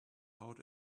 out